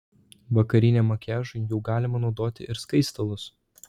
vakariniam makiažui jau galima naudoti ir skaistalus